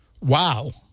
wow